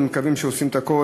ומקווים שעושים את הכול.